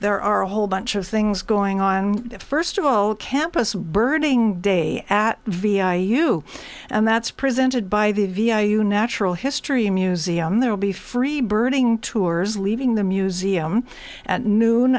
there are a whole bunch of things going on first of all campus burning day at vi you and that's presented by the vi you natural history museum there will be free birding tours leaving the museum at noon